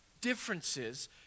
differences